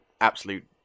absolute